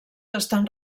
estan